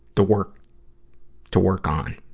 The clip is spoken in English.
the work to work on,